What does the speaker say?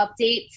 updates